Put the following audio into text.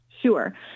Sure